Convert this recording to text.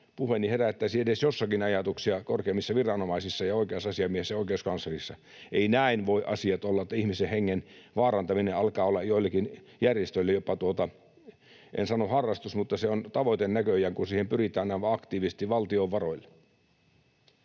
puheeni herättäisi ajatuksia edes joissakin korkeimmissa viranomaisissa ja oikeusasiamiehessä ja oikeuskanslerissa. Eivät näin voi asiat olla, että ihmisen hengen vaarantaminen alkaa olla joillekin järjestöille jopa, en sano harrastus, mutta se on tavoite näköjään, kun siihen pyritään näin aktiivisesti valtion varoilla.